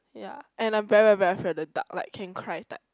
ya and I'm very very afraid of the dark like can cry type